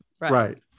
right